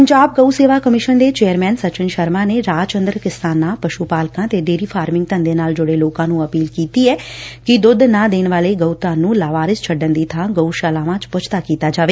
ਪੰਜਾਬ ਗਉ ਸੇਵਾ ਕਮਿਸ਼ਨ ਦੇ ਚੇਅਰਮੈਨ ਸਚਿਨ ਸ਼ਰਮਾ ਨੇ ਰਾਜ ਅੰਦਰ ਕਿਸਾਨਾਂ ਪਸ਼ੁ ਪਾਲਕਾਂ ਤੇ ਡੇਅਰੀ ਫਾਰਮਿੰਗ ਧੰਦੇ ਨਾਲ ਜੁੜੇ ਲੋਕਾਂ ਨੂੰ ਅਪੀਲ ਕੀਤੀ ਏ ਕਿ ਦੁੱਧ ਨਾ ਦੇਣ ਵਾਲੇ ਗਊਧਨ ਨੂੰ ਲਾਵਾਰਸ ਛੱਡਣ ਦੀ ਬਾ ਗਊਸ਼ਾਲਾਵਾਂ ਚ ਪੁੱਜਦਾ ਕੀਤਾ ਜਾਵੇ